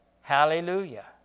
Hallelujah